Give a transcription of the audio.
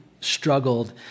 struggled